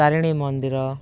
ତାରିଣୀ ମନ୍ଦିର